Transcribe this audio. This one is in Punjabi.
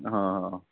ਹਾਂ